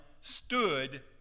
stood